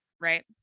right